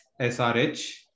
SRH